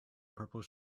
purple